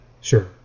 Sure